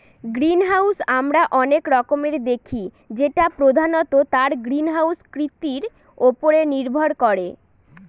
greenhouse আমরা অনেক রকমের দেখি যেটা প্রধানত তার গ্রিনহাউস কৃতির উপরে নির্ভর করে